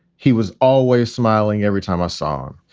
he was always smiling every time i saw him.